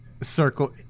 circle